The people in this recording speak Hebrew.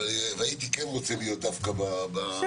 והייתי כן רוצה להיות דווקא בהסברים האלה.